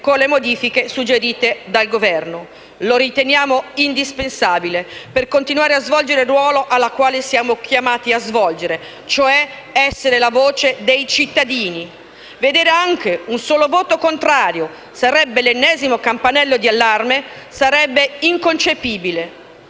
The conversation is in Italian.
con le modifiche suggerite dal Governo. Lo riteniamo indispensabile per continuare a svolgere il nostro ruolo, cioè essere la voce dei cittadini. Vedere anche un solo voto contrario sarebbe l'ennesimo campanello di allarme e sarebbe inconcepibile.